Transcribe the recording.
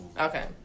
Okay